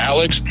Alex